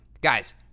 Guys